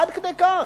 עד כדי כך.